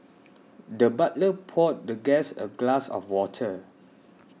the butler poured the guest a glass of water